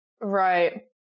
Right